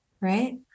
right